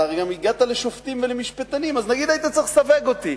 אתה הרי גם הגעת לשופטים ולמשפטנים ונגיד שהיית צריך לסווג אותי,